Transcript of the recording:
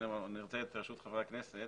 אני רוצה את רשות חברי הכנסת